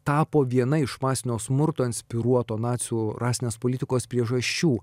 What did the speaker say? tapo viena iš masinio smurto inspiruoto nacių rasinės politikos priežasčių